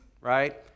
right